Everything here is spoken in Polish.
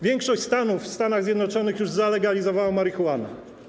Większość stanów w Stanach Zjednoczonych już zalegalizowała marihuanę.